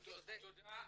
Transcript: תודה.